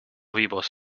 vivos